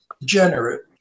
degenerate